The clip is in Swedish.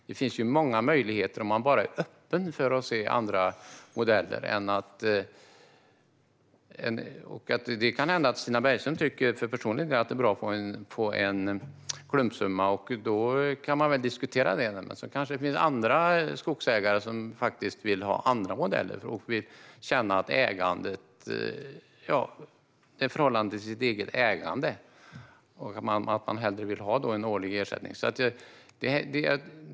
Det finns alltså många möjligheter om vi bara är öppna för att se andra modeller. Det kan hända att Stina Bergström tycker att det är bra att få en klumpsumma, och då kan man väl diskutera det. Andra skogsägare kanske vill ha andra modeller i förhållande till sitt ägande. De kanske hellre vill ha en årlig ersättning.